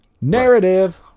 Narrative